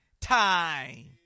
time